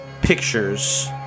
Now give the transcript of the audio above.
pictures